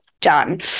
done